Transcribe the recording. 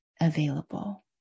available